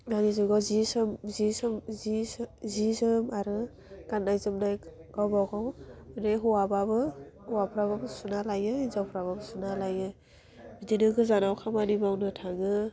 दानि जुगाव जि सोम जि सोम जि सो जि जोम आरो गान्नाय जोमनाय गावबा गाव बे हौवाबाबो हौवाफ्राबो सुना लायो हिनजावफ्राबाबो सुना लायो बिदिनो गोजानाव खामानि मावनो थाङो